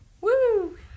Woo